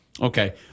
okay